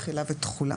תחילה ותחולה.